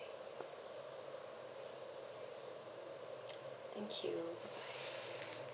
thank you